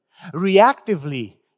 reactively